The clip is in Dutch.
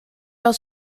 wel